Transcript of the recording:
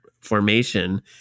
formation